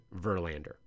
Verlander